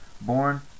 born